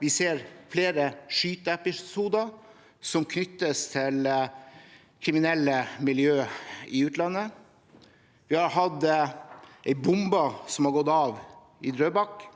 med flere skyteepisoder som knyttes til kriminelle miljøer i utlandet. En bombe har gått av i Drøbak.